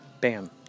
Bam